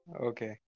Okay